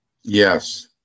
Yes